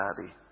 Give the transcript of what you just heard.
Daddy